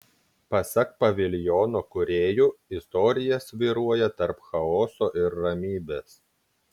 pasak paviljono kūrėjų istorija svyruoja tarp chaoso ir ramybės